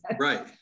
Right